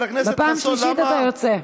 הכנסת חסון, למה, בפעם שלישית אתה יוצא.